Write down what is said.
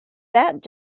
that